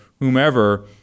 whomever